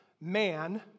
man